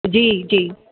जी जी